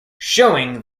showing